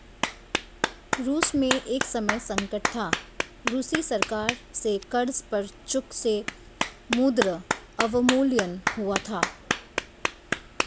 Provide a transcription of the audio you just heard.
रूस में एक समय संकट था, रूसी सरकार से कर्ज पर चूक से मुद्रा अवमूल्यन हुआ था